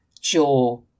jaw